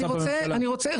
אני רוצה,